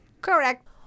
correct